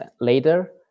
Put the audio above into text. later